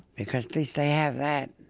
because at least they have that.